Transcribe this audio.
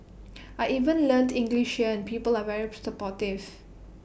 I even learnt English here and people are very supportive